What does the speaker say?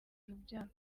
urubyaro